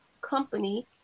company